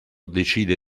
decide